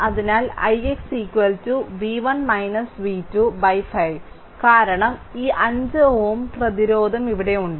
അതിനാൽ ix v1 v2 5 കാരണം ഈ 5 Ω പ്രതിരോധം ഇവിടെയുണ്ട്